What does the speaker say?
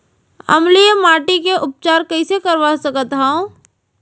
अम्लीय माटी के उपचार कइसे करवा सकत हव?